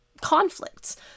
conflicts